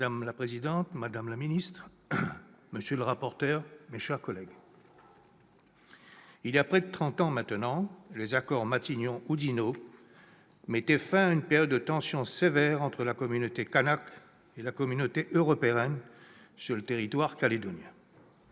Madame la présidente, madame la ministre, monsieur le rapporteur, mes chers collègues, voilà près de trente ans maintenant, les accords Matignon-Oudinot mettaient fin à une période de tensions sévères entre la communauté kanake et la communauté européenne sur le territoire calédonien